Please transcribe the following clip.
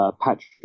Patrick